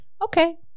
Okay